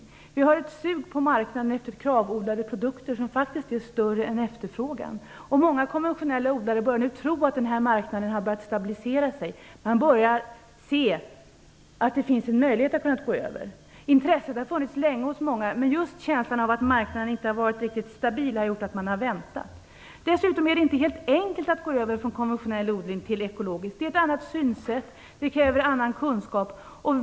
Det finns ett sug på marknaden efter KRAV-odlade produkter som faktiskt är större än efterfrågan. Många konventionella odlare tror nu att marknaden har börjat att stabilisera sig. Man ser att det finns en möjlighet att kunna gå över till alternativodling. Intresset har länge funnits hos många, men känslan av att marknaden inte har varit riktigt stabil har gjort att man har väntat. Dessutom är det inte så enkelt att gå över från konventionell odling till ekologisk odling. Det krävs ett annat synsätt och en annan kunskap.